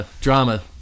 drama